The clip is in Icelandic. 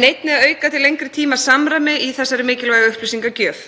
en einnig að auka til lengri tíma samræmi í þessari mikilvægu upplýsingagjöf.